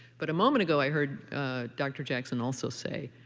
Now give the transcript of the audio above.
but a moment ago, i heard dr. jackson also say